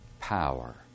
power